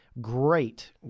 great